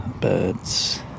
birds